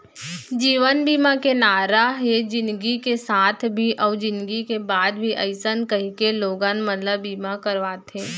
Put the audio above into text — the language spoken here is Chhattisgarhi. जीवन बीमा के नारा हे जिनगी के साथ भी अउ जिनगी के बाद भी अइसन कहिके लोगन मन ल बीमा करवाथे